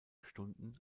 stunden